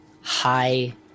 high